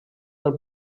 del